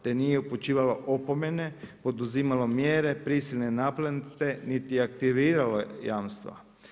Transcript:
Te nije upućivalo opomene, poduzimalo mjere, prisilne naplate, niti aktiviralo jamstava.